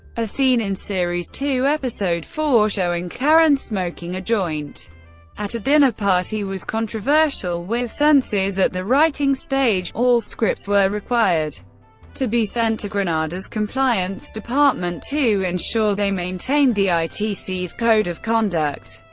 a scene in series two, episode four showing karen smoking a joint at a dinner party was controversial with censors at the writing stage all scripts were required to be sent to granada's compliance department to ensure they maintained the itc's code of conduct.